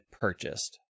purchased